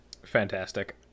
fantastic